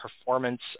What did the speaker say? performance